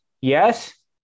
yes